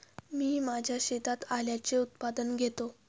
मी माझ्या शेतात आल्याचे उत्पादन घेतो